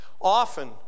Often